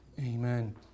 Amen